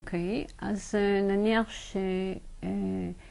אוקיי, אז נניח ש...